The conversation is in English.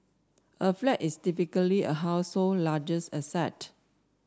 a flat is typically a household largest asset